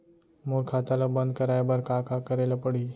मोर खाता ल बन्द कराये बर का का करे ल पड़ही?